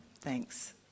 Thanks